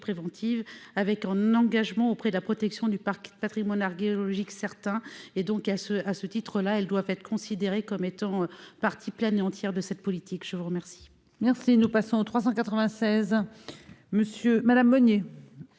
avec un engagement auprès de la protection du parc Patrimoine archéologique certains et donc à ce à ce titre-là, elles doivent être considérés comme étant partie pleine et entière de cette politique, je vous remercie. Merci, nous passons 396 Monsieur Madame Monnier.